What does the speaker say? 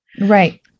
Right